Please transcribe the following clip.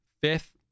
Fifth